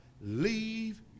leave